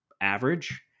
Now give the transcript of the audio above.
average